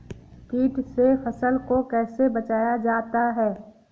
कीट से फसल को कैसे बचाया जाता हैं?